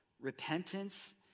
Repentance